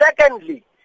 Secondly